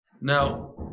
Now